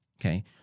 okay